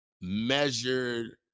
measured